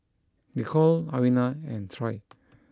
Nicole Alvina and Troy